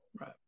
Right